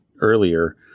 earlier